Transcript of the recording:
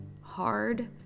hard